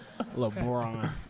LeBron